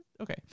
Okay